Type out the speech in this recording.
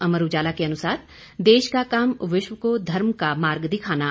अमर उजाला के अनुसार देश का काम विश्व को धर्म का मार्ग दिखाना